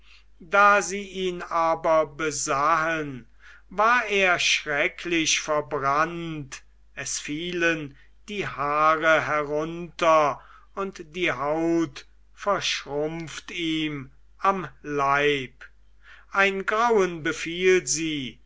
da sie ihn aber besahen war er schrecklich verbrannt es fielen die haare herunter und die haut verschrumpft ihm am leib ein grauen befiel sie